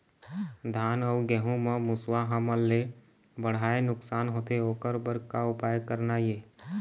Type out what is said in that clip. धान अउ गेहूं म मुसवा हमन ले बड़हाए नुकसान होथे ओकर बर का उपाय करना ये?